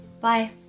Bye